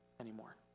anymore